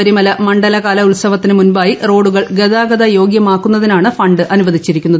ശബ്രിമല മണ്ഡലകാല ഉത്സവത്തിന് മുമ്പായി റോഡുകൾ ഗതാഗത യോഗ്യമാക്കുന്നതിനാണ് ഫണ്ട് അനുവദിച്ചിരിക്കുന്നത്